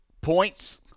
points –